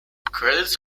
credits